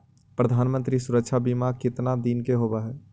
प्रधानमंत्री मंत्री सुरक्षा बिमा कितना दिन का होबय है?